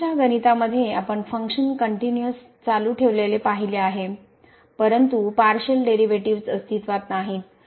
पूर्वीच्या गणितामध्ये आपण फंक्शन कनट्युनिअस चालू ठेवलेले पाहिले आहे परंतु पारशिअल डेरिव्हेटिव्ह्ज अस्तित्वात नाहीत